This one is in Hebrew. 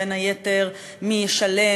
ובין היתר: מי ישלם?